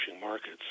markets